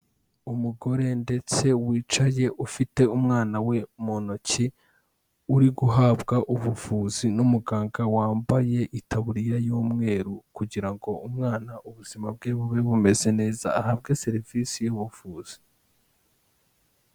Umugore ndetse wicaye ufite umwana we mu ntoki, uri guhabwa ubuvuzi n'umuganga wambaye itaburiya y'umweru kugira ngo umwana ubuzima bwe bube bumeze neza ahabwe serivisi y'ubuvuzi.